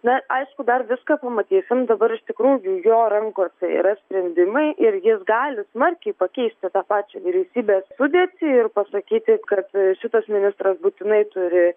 na aišku dar viską pamatysim dabar iš tikrųjų jo rankose yra sprendimai ir jis gali smarkiai pakeisti tą pačią vyriausybės sudėtį ir pasakyti kad šitas ministras būtinai turi